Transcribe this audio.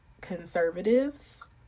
conservatives